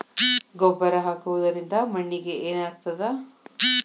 ಗೊಬ್ಬರ ಹಾಕುವುದರಿಂದ ಮಣ್ಣಿಗೆ ಏನಾಗ್ತದ?